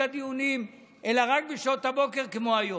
הדיונים אלא רק בשעות הבוקר כמו היום,